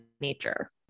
nature